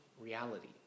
reality